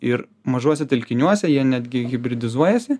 ir mažuose telkiniuose jie netgi hibridizuojasi